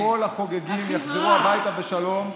כדי שהשנה כל החוגגים יחזרו הביתה בשלום,